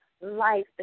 life